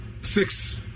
six